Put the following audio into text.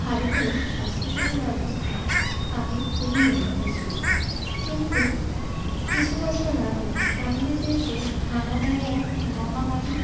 ভারতের স্বাস্থ্যসেবা ব্যবস্থা আগে খুবই উন্নত ছিল কিন্তু কিছু বছর আগে আমাদের দেশে হানা দেয় এক মহামারি